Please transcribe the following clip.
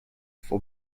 for